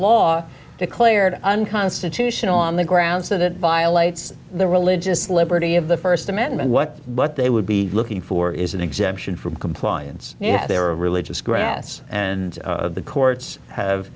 law declared unconstitutional on the grounds that it violates the religious liberty of the first amendment what what they would be looking for is an exemption from compliance yet there are religious grass and the courts have